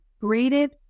greeted